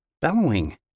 bellowing